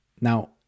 Now